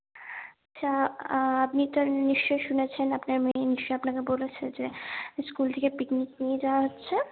আচ্ছা আপনি তাহলে নিশ্চয় শুনেছেন আপনার মেয়ে নিশ্চয় আপনাকে বলেছে যে স্কুল থেকে পিকনিক নিয়ে যাওয়া হচ্ছে